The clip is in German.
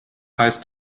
heißt